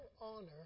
honor